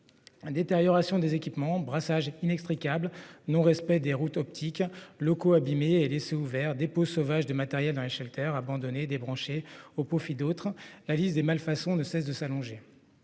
Détérioration des équipements, brassages inextricables, non-respect des routes optiques, locaux abîmés et laissés ouverts, dépôts sauvages de matériel dans les, abonnés débranchés au profit d'autres usagers : la liste des malfaçons ne cesse de s'allonger.